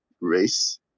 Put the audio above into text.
race